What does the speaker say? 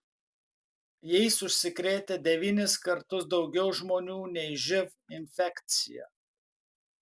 jais užsikrėtę devynis kartus daugiau žmonių nei živ infekcija